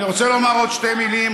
אני רוצה לומר עוד שתי מילים.